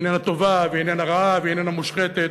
היא איננה טובה ואיננה רעה ואיננה מושחתת,